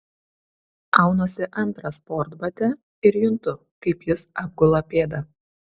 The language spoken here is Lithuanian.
aunuosi antrą sportbatį ir juntu kaip jis apgula pėdą